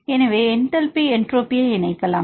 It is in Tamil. எனவே நாம் என்டல்பி என்ட்ரோபியை இணைக்கலாம்